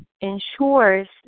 Ensures